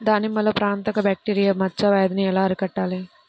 దానిమ్మలో ప్రాణాంతక బ్యాక్టీరియా మచ్చ వ్యాధినీ ఎలా అరికట్టాలి?